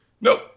Nope